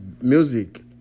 music